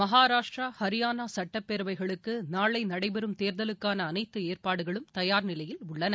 மகாராஷ்ட்ரா ஹரியானாசட்டப்பேரவைகளுக்குநாளைநடைபெறும் தேர்தலுக்கானஅளைத்துஏற்பாடுகளும் தயார்நிலையில் உள்ளன